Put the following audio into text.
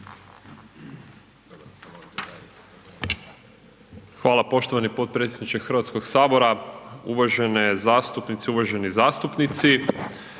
gospodine potpredsjedniče Hrvatskoga sabora. Uvažene zastupnice i zastupnici,